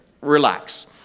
Relax